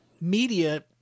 media